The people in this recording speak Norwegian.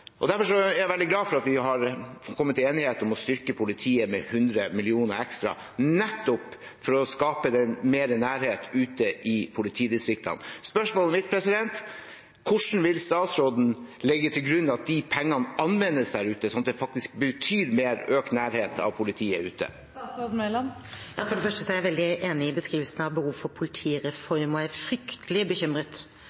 Derfor er jeg veldig glad for at vi har kommet til enighet om å styrke politiet med 100 mill. kr ekstra, nettopp for å skape mer nærhet ute i politidistriktene. Spørsmålet mitt er: Hvordan vil statsråden legge til grunn at de pengene anvendes der ute, slik at det faktisk betyr økt nærhet av politi ute? For det første er jeg veldig enig i beskrivelsen av behovet for